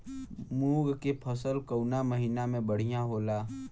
मुँग के फसल कउना महिना में बढ़ियां होला?